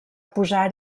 posar